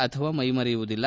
ಅಥವಾ ಮೈ ಮರೆಯುವುದಿಲ್ಲ